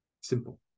Simple